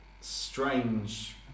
strange